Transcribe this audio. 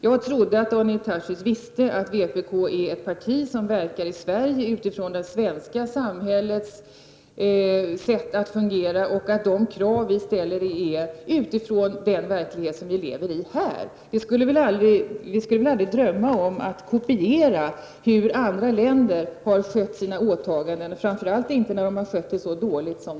Jag trodde att Daniel Tarschys visste att vpk är ett parti som verkar i Sverige, utifrån det svenska samhällets sätt att fungera och att vi ställer våra krav utifrån den verklighet som vi lever i här. Vi skulle aldrig drömma om att kopiera andra länders åtaganden, framför allt inte när de har skött dem så dåligt.